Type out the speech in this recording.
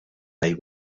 they